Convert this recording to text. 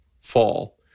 fall